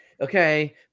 Okay